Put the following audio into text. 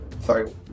Sorry